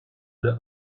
the